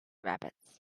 rabbits